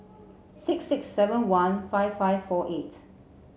six six seven one five five four eight